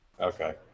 Okay